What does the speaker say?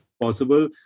possible